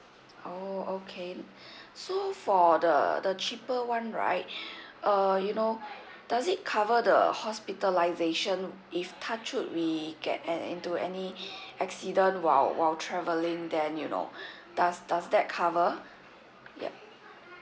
oh okay so for the the cheaper one right uh you know does it cover the hospitalization if touch wood we get an into any accident while while travelling then you know does does that cover yup